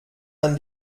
man